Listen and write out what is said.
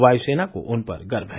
वायुसेना को उन पर गर्व है